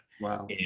wow